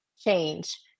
change